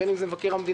בין אם זה מבקר המדינה,